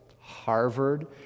Harvard